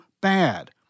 bad